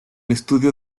estudio